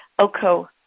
OCO